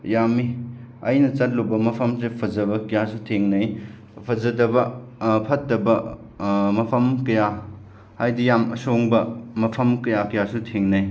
ꯌꯥꯝꯃꯤ ꯑꯩꯅ ꯆꯠꯂꯨꯕ ꯃꯐꯝꯁꯦ ꯐꯖꯕ ꯀꯌꯥꯁꯨ ꯊꯦꯡꯅꯩ ꯐꯖꯗꯕ ꯐꯠꯇꯕ ꯃꯐꯝ ꯀꯌꯥ ꯍꯥꯏꯗꯤ ꯌꯥꯝ ꯑꯁꯣꯡꯕ ꯃꯐꯝ ꯀꯌꯥ ꯀꯌꯥꯁꯨ ꯊꯦꯡꯅꯩ